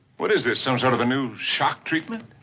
what is this, some sort of new shock treatment?